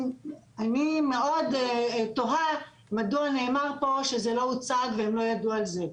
ואני תוהה מאוד מדוע נאמר פה שזה לא הוצג והם לא ידעו על זה.